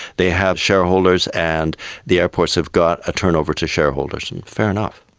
they have shareholders and the airports have got a turnover to shareholders, and fair enough.